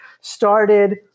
started